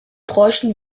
bräuchten